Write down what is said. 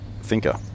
thinker